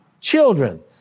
children